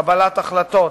קבלת החלטות,